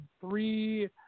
three